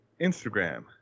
Instagram